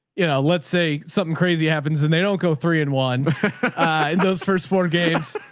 you know, let's say something crazy happens and they don't go three and one in those first four games,